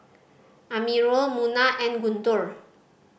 Amirul Munah and Guntur